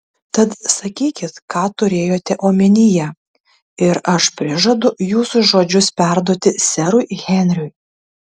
tad sakykit ką turėjote omenyje ir aš prižadu jūsų žodžius perduoti serui henriui